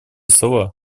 слова